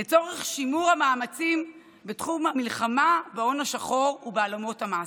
לצורך שימור המאמצים בתחום המלחמה בהון השחור ובהעלמות המס.